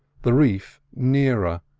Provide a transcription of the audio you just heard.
the reef nearer,